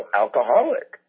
alcoholic